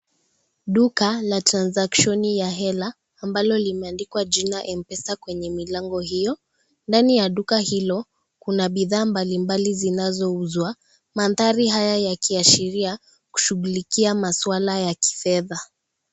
Duka la (CS)transaksioni(CS) ya hela ambalo limeandikwa jina mpesa kwenye milango hiyo, ndani ya duka hilo kuna bidhaa mbalimbali zinazouzwa, mandhari haya yakiashiria kushughlikia maswala ya kifedha.